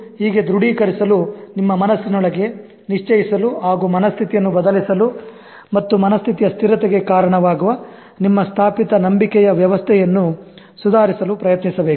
ಹೀಗೆ ದೃಢೀಕರಿಸಲು ನಿಮ್ಮ ಮನಸ್ಸಿನೊಳಗೆ ನಿಶ್ಚಯಿಸಲು ಹಾಗೂ ಆ ಮನಸ್ಥಿತಿಯನ್ನು ಬದಲಿಸಲು ಮತ್ತು ಮನಸ್ಥಿತಿಯ ಸ್ಥಿರತೆಗೆ ಕಾರಣವಾಗುವ ನಿಮ್ಮ ಸ್ಥಾಪಿತ ನಂಬಿಕೆಯ ವ್ಯವಸ್ಥೆಯನ್ನು ಸುಧಾರಿಸಲು ಪ್ರಯತ್ನಿಸಬೇಕು